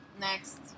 Next